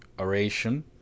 oration